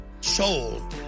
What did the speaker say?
soul